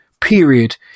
Period